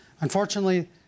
Unfortunately